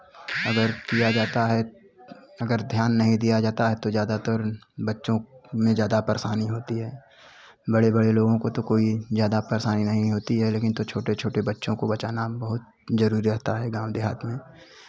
अगर किया जाता है अगर ध्यान नहीं दिया जाता है तो ज़्यादातर बच्चों में ज़्यादा परेशानी होती है बड़े बड़े लोगों को तो कोई ज़्यादा परेशानी नहीं होती है लेकिन तो छोटे छोटे बच्चों को बचाना बहुत जरूरी होता है गाँव देहात में